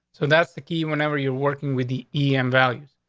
so that's the key. whenever you're working with the e m values,